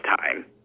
time